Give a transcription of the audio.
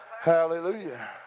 hallelujah